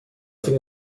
fine